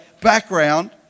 background